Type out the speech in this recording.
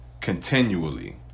continually